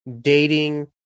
dating